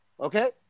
Okay